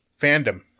fandom